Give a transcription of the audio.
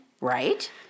right